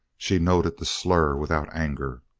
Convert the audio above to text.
she noted the slur without anger.